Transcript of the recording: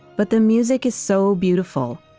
but the music is so beautiful.